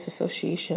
association